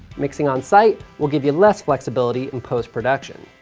mixing on site will give you less flexibility in post-production.